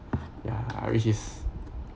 ya which is